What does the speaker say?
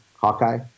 Hawkeye